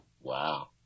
Wow